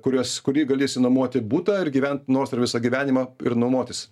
kuriuos kurį gali išsinuomoti butą ir gyvent nors ir visą gyvenimą ir nuomotis